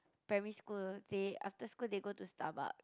primary school say after school they go to Starbuck